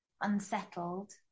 unsettled